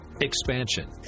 Expansion